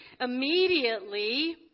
immediately